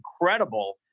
incredible